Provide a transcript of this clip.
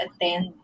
attend